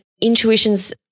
intuition's